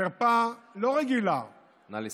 חרפה לא רגילה, נא לסיים.